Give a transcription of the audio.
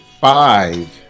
five